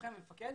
לוחם ומפקד.